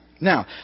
Now